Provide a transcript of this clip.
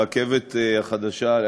הרכבת החדשה,